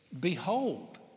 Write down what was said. Behold